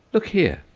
look here!